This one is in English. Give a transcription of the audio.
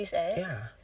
ya